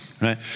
right